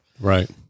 Right